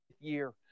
year